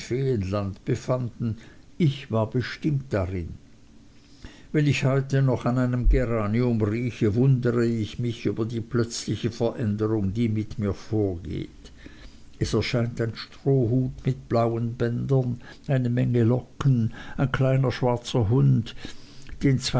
feenland befanden ich war bestimmt darin wenn ich heute noch an einem geranium rieche wundere ich mich über die plötzliche veränderung die mit mir vorgeht es erscheint ein strohhut mit blauen bändern eine menge locken ein kleiner schwarzer hund